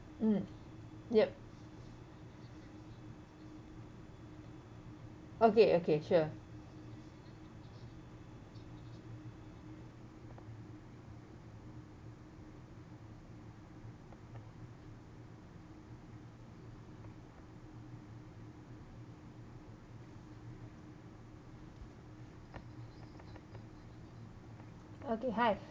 mm yup okay okay sure okay hi